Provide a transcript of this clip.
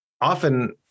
Often